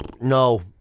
No